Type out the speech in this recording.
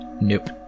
Nope